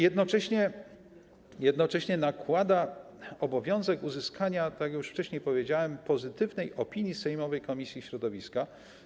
Jednocześnie nakłada obowiązek uzyskania - tak jak już wcześniej powiedziałem - pozytywnej opinii sejmowej komisji środowiska.